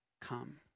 come